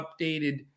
updated